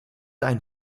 einen